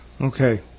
Okay